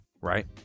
Right